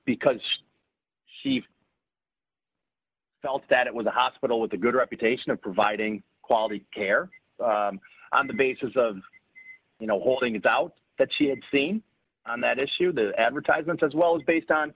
because she felt that it was a hospital with a good reputation of providing quality care on the basis of you know holding it out that she had seen on that issue the advertisements as well as based on